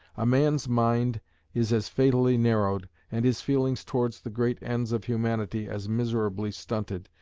a man's mind is as fatally narrowed, and his feelings towards the great ends of humanity as miserably stunted,